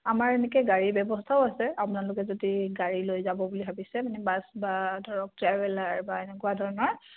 আমাৰ এনেকৈ গাড়ীৰ ব্যৱস্থাও আছে আপোনালোকে যদি গাড়ী লৈ যাব বুলি ভাবিছে মানে বাছ বা ধৰক ট্ৰেভেলাৰ বা এনেকুৱা ধৰণৰ